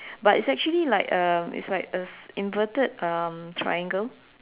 but it's actually like um it's like a inverted um triangle